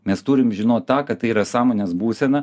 mes turim žinot tą kad tai yra sąmonės būsena